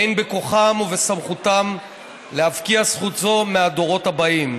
אין בכוחם ובסמכותם להפקיע זכות זו מהדורות הבאים.